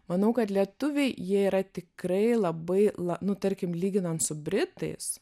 manau kad lietuviai jie yra tikrai labai lan nu tarkim lyginant su britais